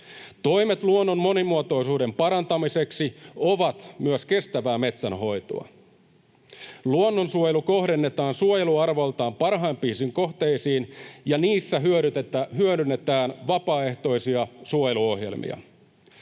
Toimet luonnon monimuotoisuuden parantamiseksi ovat myös kestävää metsänhoitoa. Luonnonsuojelu kohdennetaan suojeluarvoltaan parhaimpiin kohteisiin ja niissä hyödynnetään vapaaehtoisia suojeluohjelmia.